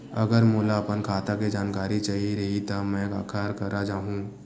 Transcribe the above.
अगर मोला अपन खाता के जानकारी चाही रहि त मैं काखर करा जाहु?